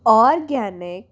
organic